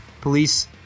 Police